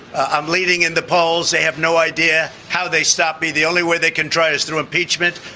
i'm leading in the polls. they have no idea how they stop me. the only way they can try is through impeachment.